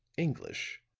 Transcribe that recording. english,